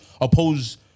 oppose